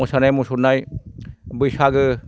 मोसानाय मुसुरनाय बैसागो